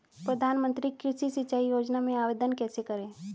प्रधानमंत्री कृषि सिंचाई योजना में आवेदन कैसे करें?